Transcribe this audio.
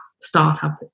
startup